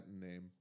name